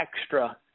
extra